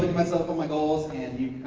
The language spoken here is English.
myself on my goals, and